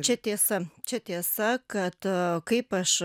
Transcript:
čia tiesa čia tiesa kad a kaip aš